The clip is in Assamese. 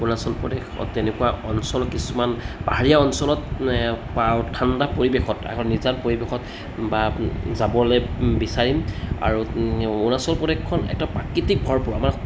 অৰুণাচল প্ৰদেশত তেনেকুৱা অঞ্চল কিছুমান পাহাৰীয়া অঞ্চলত ঠাণ্ডা পৰিৱেশত নিজান পৰিৱেশত বা যাবলৈ বিচাৰিম আৰু অৰুণাচল প্ৰদেশখন একদম প্ৰাকৃতিক ভৰপূৰ আমাৰ